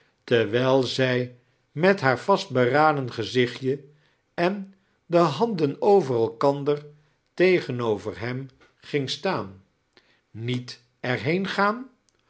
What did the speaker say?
terwijl zij met haar vastfoeraden gezichtje en de handen over elkander tegenover hem gihg staan niet er heengaan